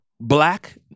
black